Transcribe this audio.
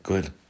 Good